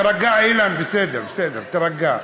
תירגע, אילן, בסדר, בסדר.